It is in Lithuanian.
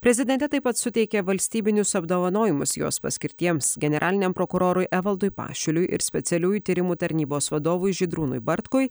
prezidentė taip pat suteikė valstybinius apdovanojimus jos paskirtiems generaliniam prokurorui evaldui pašiliui ir specialiųjų tyrimų tarnybos vadovui žydrūnui bartkui